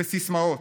בסיסמאות.